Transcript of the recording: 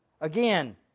Again